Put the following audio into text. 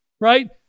Right